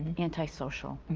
antisocial.